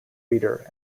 reader